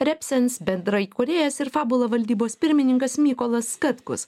reapsins bendraįkūrėjas ir fabula valdybos pirmininkas mykolas katkus